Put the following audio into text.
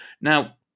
Now